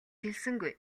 хэлсэнгүй